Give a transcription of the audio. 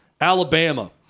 Alabama